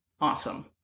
Awesome